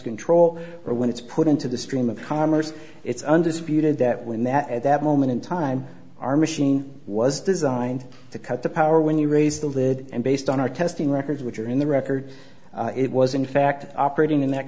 control or when it's put into the stream of commerce it's undisputed that when that at that moment in time our machine was designed to cut the power when you raise the lid and based on our testing records which are in the record it was in fact operating in that